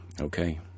okay